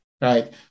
right